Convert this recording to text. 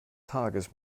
tages